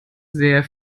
sehr